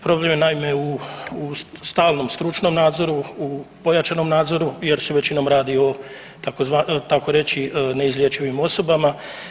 Problem je naime u stalnom stručnom nadzoru, u pojačanom nadzoru jer se većinom radi o tako reći neizlječivim osobama.